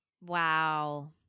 Wow